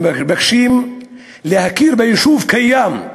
מבקשים להכיר ביישוב קיים,